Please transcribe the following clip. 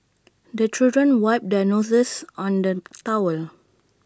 the children wipe their noses on the towel